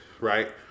right